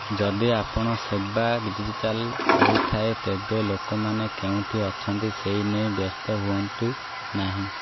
ଯଦି ଆପଣ ସେବା ଡ଼ିଜିଟାଲ୍ ହୋଇଥାଏ ତେବେ ଲୋକମାନେ କେଉଁଠି ଅଛନ୍ତି ସେ ନେଇ ବ୍ୟସ୍ତ ହୁଅନ୍ତୁ ନାହିଁ